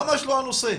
זה ממש לא הנושא,